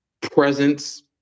presence